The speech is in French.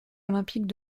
olympiques